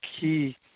key